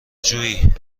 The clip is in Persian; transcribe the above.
جویی